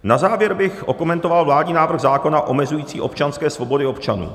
Na závěr bych okomentoval vládní návrh zákona omezující občanské svobody občanů.